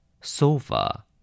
Sofa